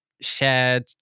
shared